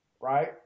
right